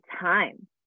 time